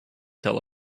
tell